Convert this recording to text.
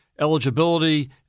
eligibility